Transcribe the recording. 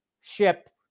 ship